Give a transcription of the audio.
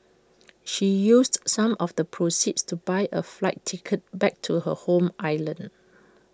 she used some of the proceeds to buy A flight ticket back to her home island